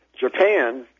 Japan